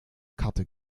karte